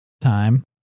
time